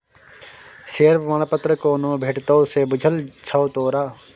Share प्रमाण पत्र कोना भेटितौ से बुझल छौ तोरा?